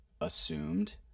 assumed